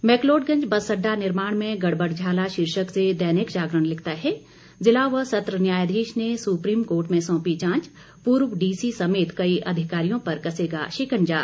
McLeodganj bus अड्डा निर्माण में गड़बड़झाला शीर्षक से दैनिक जागरण लिखता है जिला व सत्र न्यायाधीश ने सुप्रीम कोर्ट में सौंपी जांच पूर्व डीसी समेत कई अधिकारियों पर कसेगा शिकंजा